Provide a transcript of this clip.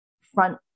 front